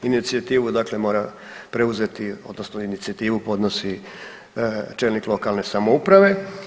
Inicijativu dakle mora preuzeti odnosno inicijativu podnosi čelnik lokalne samouprave.